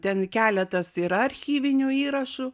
ten keletas yra archyvinių įrašų